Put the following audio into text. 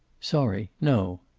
sorry. no.